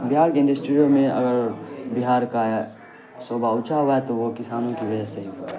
بہار کے انڈسٹریوں میں اگر بہار کا ہے صوبہ اونچا ہوا ہے تو وہ کسانوں کی وجہ سے ہی